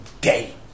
day